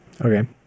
Okay